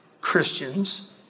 Christians